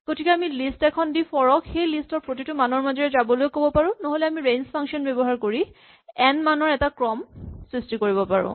গতিকে আমি লিষ্ট এখন দি ফৰ ক সেই লিষ্ট খনৰ প্ৰতিটো মানৰ মাজেৰে যাবলৈ ক'ব পাৰো নহ'লে আমি ৰেঞ্জ ফাংচন ব্যৱহাৰ কৰি এন মানৰ এটা ক্ৰমৰ সৃষ্টি কৰিব পাৰো